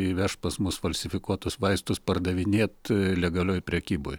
įvežt pas mus falsifikuotus vaistus pardavinėt legalioj prekyboj